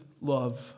love